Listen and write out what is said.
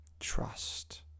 trust